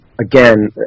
again